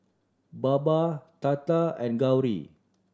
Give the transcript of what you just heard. Baba Tata and Gauri